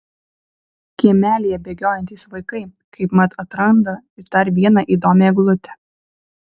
kiemelyje bėgiojantys vaikai kaip mat atranda ir dar vieną įdomią eglutę